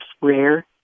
rare